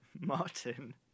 Martin